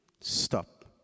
Stop